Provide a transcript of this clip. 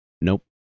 Nope